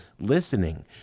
listening